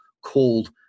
called